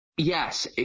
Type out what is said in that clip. Yes